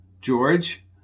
George